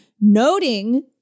Noting